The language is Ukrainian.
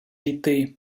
йти